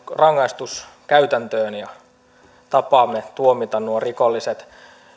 rangaistuskäytäntöömme ja tapaamme tuomita nuo rikolliset